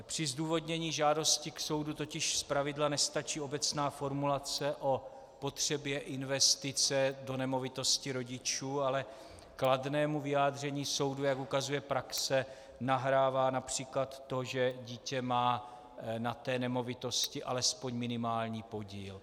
Při zdůvodnění žádosti k soudu totiž zpravidla nestačí obecná formulace o potřebě investice do nemovitosti rodičů, ale kladnému vyjádření soudu, jak ukazuje praxe, nahrává například to, že dítě má na té nemovitosti alespoň minimální podíl.